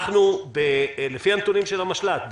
לפי הנתונים של המשל"ט,